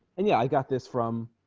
and yeah i got this from